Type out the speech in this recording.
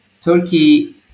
Turkey